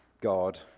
God